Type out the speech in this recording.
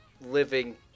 living